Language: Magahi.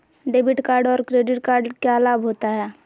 डेबिट कार्ड और क्रेडिट कार्ड क्या लाभ होता है?